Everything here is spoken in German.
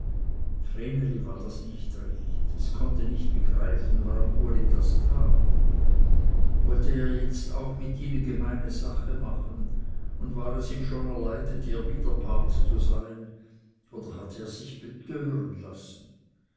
war das nicht recht es konnte nicht begreifen warum uli das tat wollte er jetzt auch mit ihnen gemeine sache machen und war es ihm schon erleidet ihr widerpart zu sein oder hatte er sich betören lassen